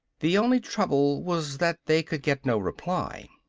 the only trouble was that they could get no reply.